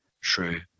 true